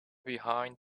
behind